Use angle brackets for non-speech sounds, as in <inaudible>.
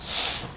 <noise>